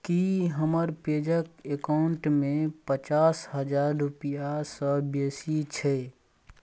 की हमर पेजैप एकॉउन्टमे पचास हजार रुपैआसँ बेसी छै